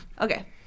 Okay